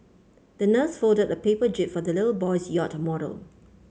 the nurse folded a paper jib for the little boy's yacht model